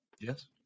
Yes